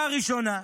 הסיבה הראשונה,